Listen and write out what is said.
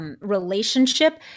relationship